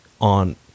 on